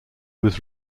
was